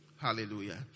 Hallelujah